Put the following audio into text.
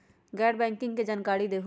गैर बैंकिंग के जानकारी दिहूँ?